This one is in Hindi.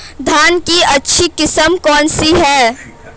धान की अच्छी किस्म कौन सी है?